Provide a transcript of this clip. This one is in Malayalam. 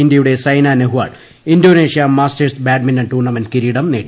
ഇന്ത്യയുടെ Saina Nehwal Indonesia Masters badminton tournament കിരീടം നേടി